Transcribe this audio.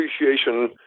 appreciation